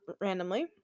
randomly